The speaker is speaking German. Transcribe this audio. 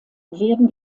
werden